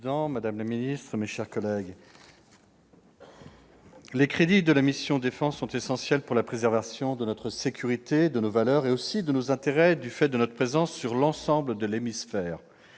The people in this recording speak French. madame la ministre, mes chers collègues, les crédits de la mission « Défense » sont essentiels pour la préservation de notre sécurité et de nos valeurs, mais aussi de nos intérêts, du fait de notre présence sur l'ensemble du globe.